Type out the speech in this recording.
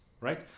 right